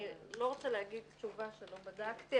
אני לא רוצה להגיד תשובה שלא בדקתי,